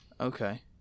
Okay